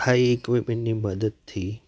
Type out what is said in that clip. હા એ ઇક્વિપમેન્ટની મદદથી